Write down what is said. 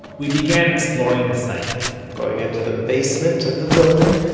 we began exploring the site going into the basement of the building.